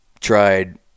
tried